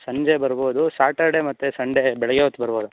ಸಂಜೆ ಬರ್ಬೋದು ಸಾಟರ್ಡೆ ಮತ್ತು ಸಂಡೇ ಬೆಳಗ್ಗೆ ಹೊತ್ ಬರ್ಬೋದಾ